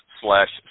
slash